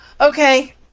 Okay